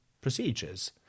procedures